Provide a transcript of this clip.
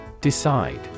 Decide